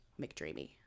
McDreamy